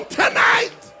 tonight